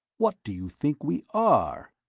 what do you think we are?